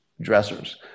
dressers